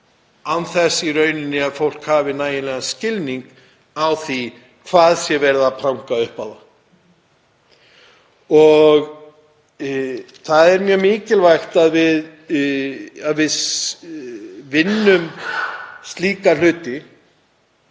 án þess að fólk hafi nægilegan skilning á því hverju sé verið að pranga upp á það. Það er mjög mikilvægt að við vinnum vel slíka hluti.